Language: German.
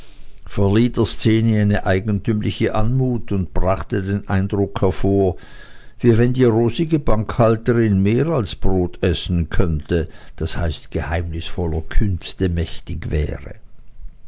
eigentümliche anmut und brachte den eindruck hervor wie wenn die rosige bankhalterin mehr als brot essen könnte das heißt geheimnisvoller künste mächtig wäre